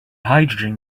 hydrogen